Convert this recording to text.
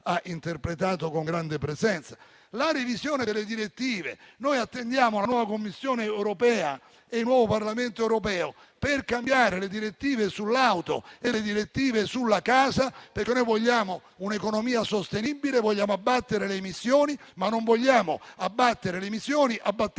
la revisione delle direttive. Attendiamo la nuova Commissione europea e il nuovo Parlamento europeo per cambiare le direttive sull'auto e sulla casa. Vogliamo un'economia sostenibile e vogliamo abbattere le emissioni, ma non vogliamo abbattere le emissioni abbattendo anche i popoli,